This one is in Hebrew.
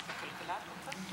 כלכלה את רוצה?